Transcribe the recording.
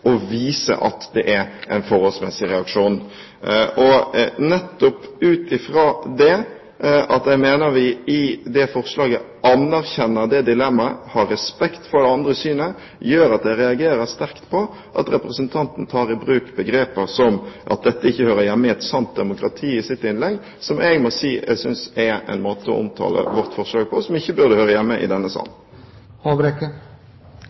og viser at det er en forholdsmessig reaksjon. Nettopp ut ifra at jeg mener at vi i forslaget anerkjenner det dilemmaet – har respekt for det andre synet – gjør at jeg reagerer sterkt på at representanten i sitt innlegg tar i bruk begreper som at dette ikke hører hjemme i et sant demokrati, som jeg synes er en måte å omtale vårt forslag på som ikke burde høre hjemme i denne